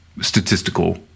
statistical